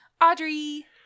Audrey